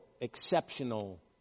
exceptional